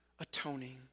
atoning